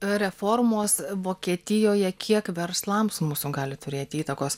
reformos vokietijoje kiek verslams mūsų gali turėti įtakos